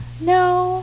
no